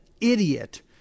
idiot